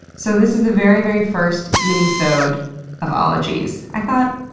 so this is the very, very first minisode of ologies. i thought,